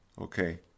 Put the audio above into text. okay